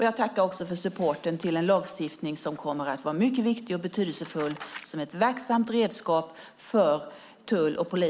Jag tackar också för supporten till en lagstiftning som kommer att vara mycket betydelsefull och ett verksamt redskap för såväl tull som polis.